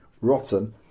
rotten